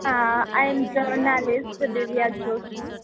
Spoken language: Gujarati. હા I am journalist Divya Joshi